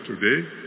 today